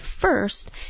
first